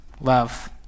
love